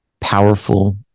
powerful